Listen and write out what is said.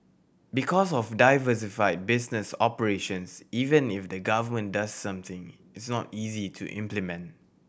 because of diversified business operations even if the Government does something it's not easy to implement